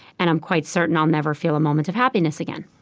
and i'm quite certain i'll never feel a moment of happiness again.